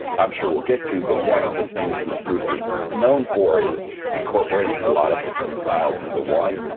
i'm sure we'll get to, but one of the things that bruce is known for is incorporating a lot of different styles into one.